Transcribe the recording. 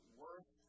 worth